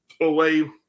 away